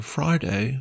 Friday